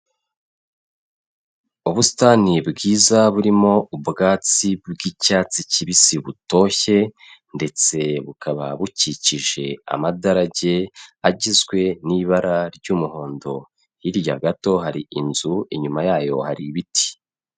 Ubusitani bwiza burimo ubwatsi bw'icyatsi kibisi butoshye, ndetse bukaba bukikije amagaraje agizwe n'ibara ry'umuhondo, hirya gato hari inzu, inyuma yayo hari ibiti.